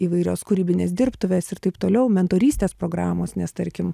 įvairios kūrybinės dirbtuvės ir taip toliau mentorystės programos nes tarkim